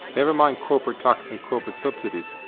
never mind corporate tax and corporate subsidies,